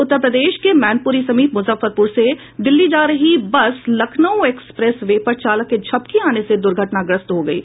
उत्तर प्रदेश के मैनपुरी समीप मुजफ्फरपुर से दिल्ली जा रही बस लखनऊ एक्सप्रेस वे पर चालक के झपकी आने से दुर्घटनाग्रस्त हो गयी